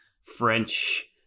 French